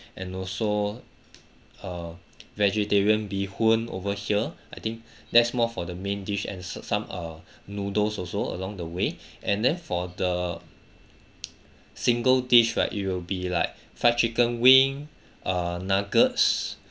and also uh vegetarian bee hoon over here I think that's more for the main dish and some uh noodles also along the way and then for the single dish right it will be like fried chicken wing err nuggets